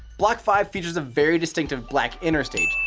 block five features a very distinctive black interstage,